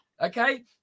okay